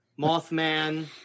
Mothman